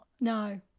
No